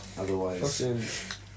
Otherwise